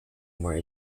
more